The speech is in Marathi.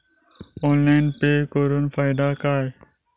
ऑनलाइन पे करुन फायदो काय?